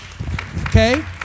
okay